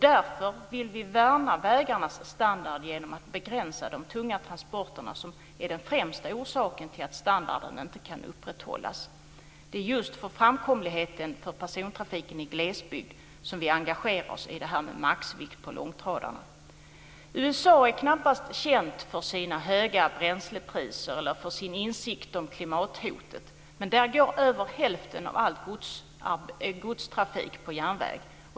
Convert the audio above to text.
Därför vill vi värna vägarnas standard genom att begränsa de tunga transporterna som är den främsta orsaken till att standarden inte kan upprätthållas. Det är just för framkomligheten för persontrafiken i glesbygd som vi engagerar oss i det här med maxvikt på långtradare. USA är knappast känt för sina höga bränslepriser eller för sin insikt om klimathotet. Men där går över hälften av all godstrafik på järnväg.